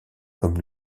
comme